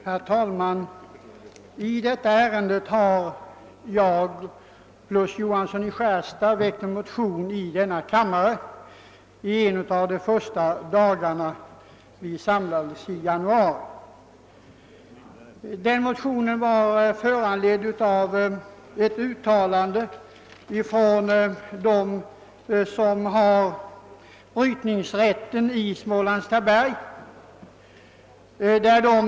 Herr talman! I detta ärende väckte herr Johansson i Skärstad och jag en motion en av de första dagarna i januari. Motionen var föranledd av ett uttalande från dem som har brytningsrätten i Smålands Taberg.